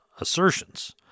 assertions